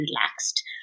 relaxed